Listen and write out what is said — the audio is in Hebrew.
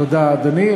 תודה, אדוני.